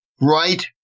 right